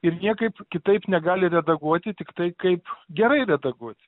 ir niekaip kitaip negali redaguoti tiktai kaip gerai redaguoti